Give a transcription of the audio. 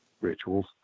rituals